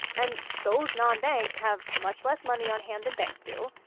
and those nonbanks have much less money on hand than banks do,